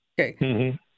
Okay